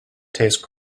tastes